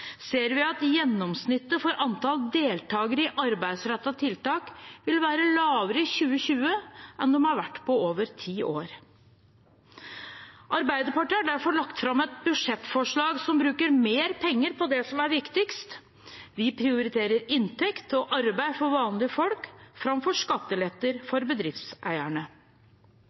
ser vi at gjennomsnittet for antall deltagere i arbeidsrettede tiltak vil være lavere i 2020 enn det har vært på over ti år. Arbeiderpartiet har derfor lagt fram et budsjettforslag som bruker mer penger på det som er viktigst. Vi prioriterer inntekt og arbeid for vanlige folk framfor skatteletter for bedriftseierne.